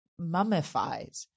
mummifies